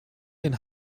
den